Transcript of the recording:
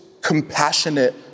compassionate